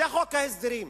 זה חוק ההסדרים,